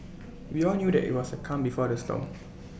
we all knew that IT was the calm before the storm